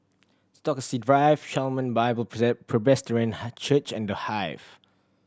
Stokesay Drive Shalom Bible Presbyterian Church and The Hive